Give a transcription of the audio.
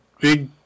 big